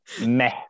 meh